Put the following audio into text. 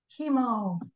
chemo